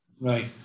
Right